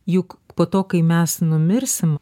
juk po to kai mes numirsim